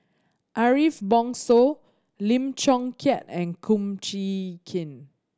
Ariff Bongso Lim Chong Keat and Kum Chee Kin